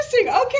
Okay